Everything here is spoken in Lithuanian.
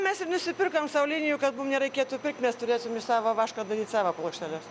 mes ir nusipirkom sau linijų kad mum nereikėtų pirkt mes turėsim iš savo vaško daryt savo plokšteles